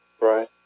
Right